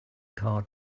card